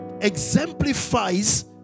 exemplifies